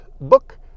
book